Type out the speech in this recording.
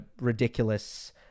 ridiculous